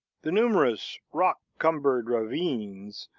the numerous rock-cumbered ravines,